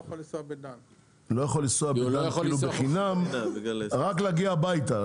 לא יכול לנסוע בחינם רק להגיע הביתה,